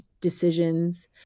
decisions